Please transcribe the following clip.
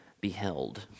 beheld